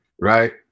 right